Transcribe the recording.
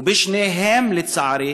ובשניהם, לצערי,